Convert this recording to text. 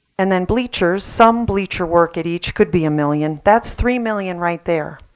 and then bleachers some bleacher work at each could be a million. that's three million right there.